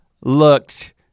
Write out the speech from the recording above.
looked